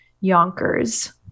Yonkers